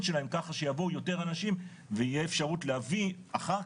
שלהם ככה שיבואו יותר אנשים ותהיה אפשרות להביא אחר